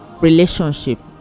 Relationship